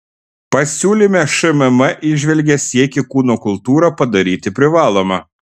pasiūlyme šmm įžvelgia siekį kūno kultūrą padaryti privaloma